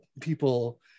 people